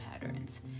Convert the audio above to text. patterns